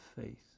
faith